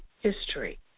history